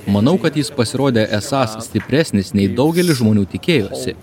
manau kad jis pasirodė esąs stipresnis nei daugelis žmonių tikėjosi